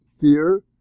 fear